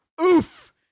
oof